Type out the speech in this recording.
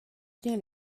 bien